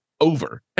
over